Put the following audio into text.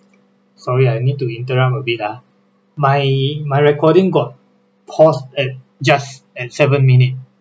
sorry I need to interrupt a bit ah my my recording got pause at just at seven minute